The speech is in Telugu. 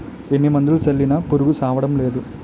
ఎన్ని మందులు జల్లినా పురుగు సవ్వడంనేదు